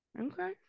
okay